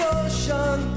ocean